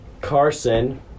Carson